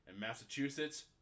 Massachusetts